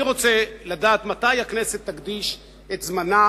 אני רוצה לדעת מתי הכנסת תקדיש את זמנה